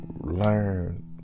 learn